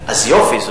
יופי.